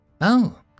Oh